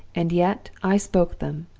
and yet i spoke them!